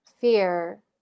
fear